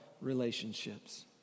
relationships